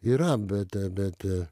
yra bet bet